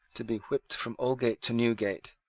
to be whipped from aldgate to newgate,